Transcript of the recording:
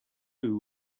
who